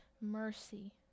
mercy